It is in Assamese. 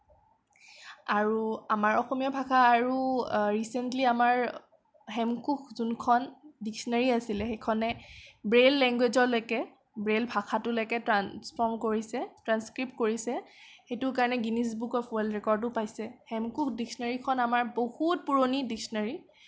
আৰু আমাৰ অসমীয়া ভাষা আৰু ৰিচেন্টলি আমাৰ হেমকোষ যোনখন ডিচনেৰি আছিলে সেইখনে ব্ৰেইল লোংগুৱেজলৈকে ব্ৰেইল ভাষাটোলৈকে ট্ৰাঞ্চফৰ্ম কৰিছে ট্ৰাঞ্চক্ৰীপ্ত কৰিছে সেইটো কাৰণে গ্ৰীণিছ বুক অফ ৱৰ্লড ৰেকৰ্ডো পাইছে হেমকোষ ডিচনেৰিখন আমাৰ বহুত পুৰণি ডিচনেৰি